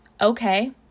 Okay